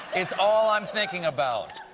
it's all i'm thinking about'.